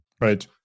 Right